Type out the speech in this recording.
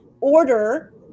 order